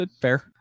fair